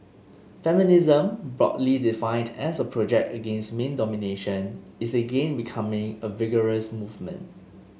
feminism broadly defined as a project against man domination is again becoming a vigorous movement